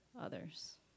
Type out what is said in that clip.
others